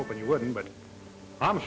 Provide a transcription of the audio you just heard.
open you wouldn't but i'm